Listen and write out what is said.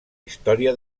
història